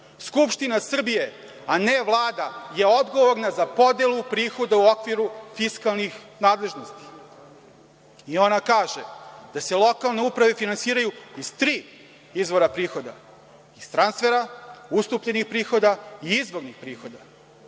Skupština Srbije a ne Vlada je odgovorna za podelu prihoda u okviru fiskalnih nadležnosti i ona kaže da se lokalne uprave finansiraju iz tri izvora prihoda: iz transfera, ustupljenih prihoda i izvornih prihoda. Izvorne